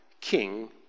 king